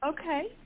Okay